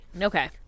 Okay